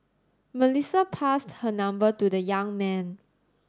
Melissa passed her number to the young man